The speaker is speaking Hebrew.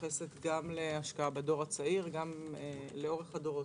שמתייחסת גם להשקעה בדור הצעיר, גם לאורך הדורות.